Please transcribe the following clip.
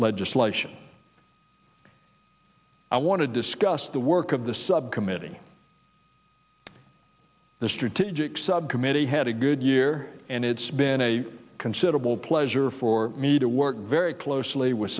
legislation i want to discuss the work of the subcommittee the strategic subcommittee had a good year and it's been a considerable pleasure for me to work very closely with